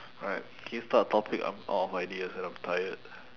alright can you start a topic I'm out of ideas and I'm tired